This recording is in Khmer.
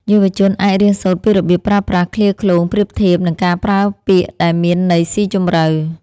យុវជនអាចរៀនសូត្រពីរបៀបប្រើប្រាស់ឃ្លាឃ្លោងប្រៀបធៀប និងការប្រើពាក្យដែលមានន័យស៊ីជម្រៅ